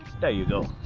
so you go.